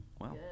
Wow